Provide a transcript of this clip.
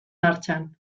martxan